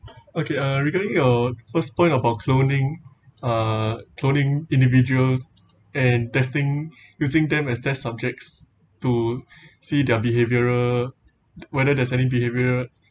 okay uh regarding your first point about cloning uh cloning individuals and testing using them as test subjects to see their behavioural whether there's any behavioural